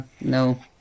no